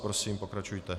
Prosím, pokračujte.